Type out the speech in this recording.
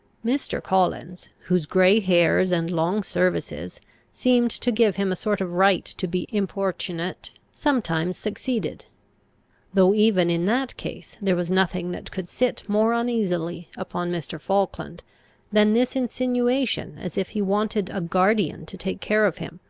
mr. collins, whose grey hairs and long services seemed to give him a sort of right to be importunate, sometimes succeeded though even in that case there was nothing that could sit more uneasily upon mr. falkland than this insinuation as if he wanted a guardian to take care of him,